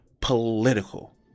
political